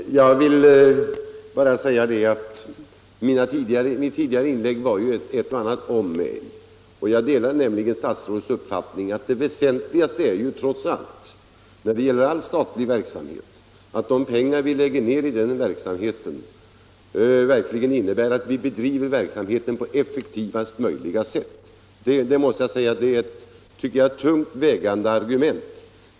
Herr talman! Jag vill bara säga att det i mitt tidigare inlägg fanns ett och annat ”om”. Jag delar nämligen statsrådets uppfattning att det väsentligaste när det gäller all statlig verksamhet trots allt är att de pengar vi lägger ned verkligen innebär att vi bedriver verksamheten på effektivast möjliga sätt. Det är ett tungt vägande argument.